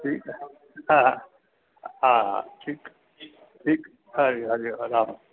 ठीकु आहे हा हा ठीकु ठीकु हरि हरि राम